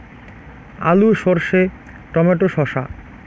আলু সর্ষে টমেটো শসা